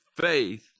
faith